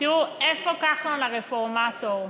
תראו, איפה כחלון הרפורמטור?